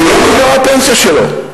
ולא נפגע בפנסיה שלו?